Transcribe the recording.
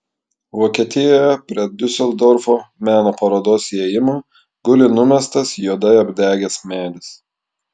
vokietijoje prie diuseldorfo meno parodos įėjimo guli numestas juodai apdegęs medis